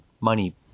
money